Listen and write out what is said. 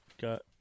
got